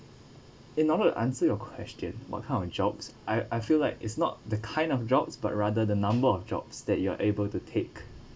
in order to answer your question what kind of jobs I I feel like it's not the kind of jobs but rather the number of jobs that you are able to take